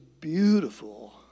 beautiful